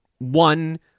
one